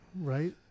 right